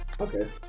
Okay